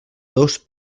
dos